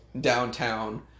downtown